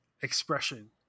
expression